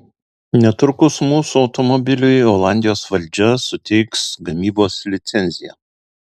netrukus mūsų automobiliui olandijos valdžia suteiks gamybos licenciją